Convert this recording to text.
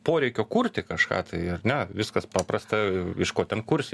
poreikio kurti kažką tai ar ne viskas paprasta iš ko ten kursi